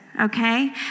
okay